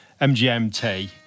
MGMT